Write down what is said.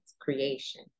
creation